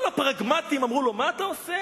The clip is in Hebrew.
כל הפרגמטים אמרו לו: מה אתה עושה?